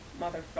motherfucker